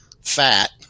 fat